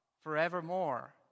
forevermore